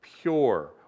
pure